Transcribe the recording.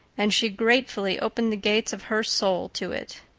and she gratefully opened the gates of her soul to it.